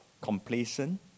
complacent